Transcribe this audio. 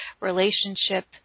relationship